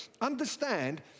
Understand